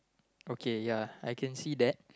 okay ya I can see that